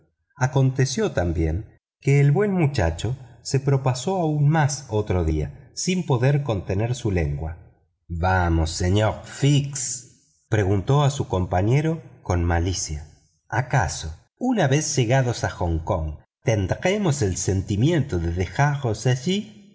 aconteció también que el buen muchacho se propasó aún más otro día sin poder contener su lengua vamos señor fix preguntó a su compañero con malicia acaso una vez llegados a hong kong tendremos el sentimiento de dejaros allí